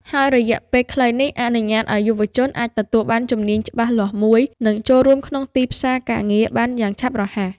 ហើយរយៈពេលខ្លីនេះអនុញ្ញាតឱ្យយុវជនអាចទទួលបានជំនាញច្បាស់លាស់មួយ និងចូលរួមក្នុងទីផ្សារការងារបានយ៉ាងឆាប់រហ័ស។